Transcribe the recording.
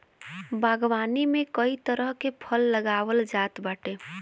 बागवानी में कई तरह के फल लगावल जात बाटे